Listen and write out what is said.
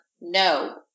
no